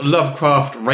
Lovecraft